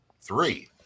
three